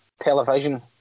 television